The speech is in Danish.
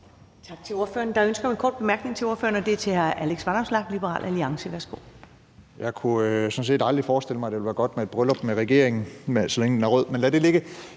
Tak til ordføreren. Der er ønske om en kort bemærkning til ordføreren, og det er fra hr. Alex Vanopslagh, Liberal Alliance. Værsgo. Kl. 14:01 Alex Vanopslagh (LA): Jeg kunne sådan set aldrig forestille mig, det ville være godt med et bryllup med regeringen, så længe den er rød – men lad det ligge.